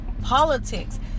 politics